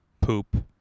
poop